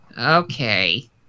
Okay